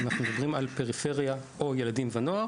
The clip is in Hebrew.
כשאנחנו מדברים על פריפריה או ילדים ונוער